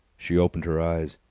she opened her eyes.